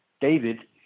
David